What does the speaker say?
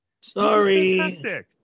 Sorry